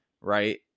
right